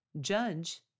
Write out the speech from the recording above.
judge